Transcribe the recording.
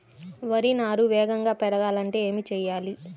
వరి నారు వేగంగా పెరగాలంటే ఏమి చెయ్యాలి?